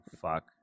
fuck